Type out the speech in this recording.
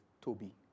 Toby